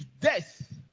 death